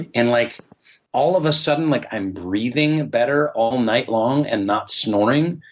and and like all of a sudden like i'm breathing better all night long and not snoring,